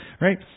right